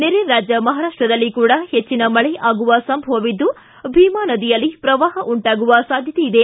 ನೆರೆ ರಾಜ್ಯ ಮಹಾರಾಷ್ಟದಲ್ಲಿ ಕೂಡಾ ಹೆಚ್ಚನ ಮಳೆ ಆಗುವ ಸಂಭವವಿದ್ದು ಭೀಮಾ ನದಿಯಲ್ಲಿ ಪ್ರವಾಹ ಉಂಟಾಗುವ ಸಾಧ್ವತೆ ಇದೆ